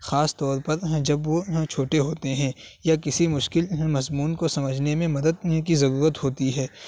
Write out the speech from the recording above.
خاص طور پر جب وہ چھوٹے ہوتے ہیں یا کسی مشکل مضمون کو سمجھنے میں مدد کی ضرورت ہوتی ہے